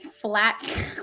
flat